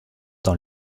dans